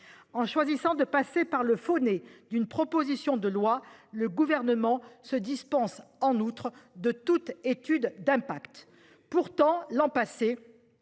En choisissant de se cacher derrière le faux-nez d'une proposition de loi, le Gouvernement se dispense en outre de toute étude d'impact. Pourtant, l'an passé,